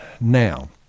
Now